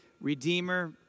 redeemer